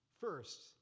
first